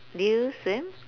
do you swim